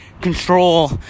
control